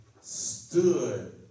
stood